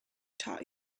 taught